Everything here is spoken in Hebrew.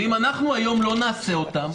אם אנחנו היום לא נעשה אותם,